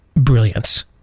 brilliance